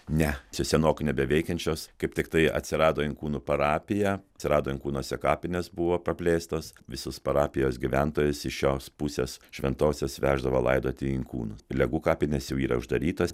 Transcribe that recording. ne se senokai nebeveikiančios kaip tiktai atsirado inkūnų parapija atsirado inkūnuose kapinės buvo praplėstos visus parapijos gyventojus iš šios pusės šventosios veždavo laidoti į inkūnus legų kapinės jau yra uždarytos